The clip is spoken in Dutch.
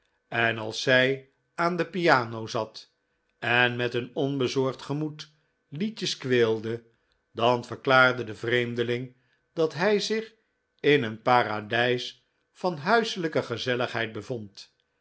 en als zij aan de piano zat en met een onbezorgd gemoed liedjes kweelde dan verklaarde de vreemdeling dat hij zich in een paradijs van huiselijke gezelligheid bevond